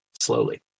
slowly